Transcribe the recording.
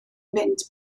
mynd